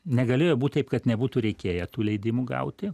negalėjo būt taip kad nebūtų reikėję tų leidimų gauti